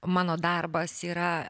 mano darbas yra